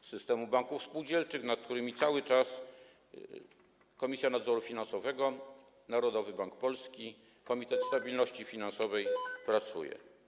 systemu banków spółdzielczych, nad którymi cały czas Komisja Nadzoru Finansowego, Narodowy Bank Polski i Komitet Stabilności Finansowej pracują.